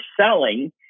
selling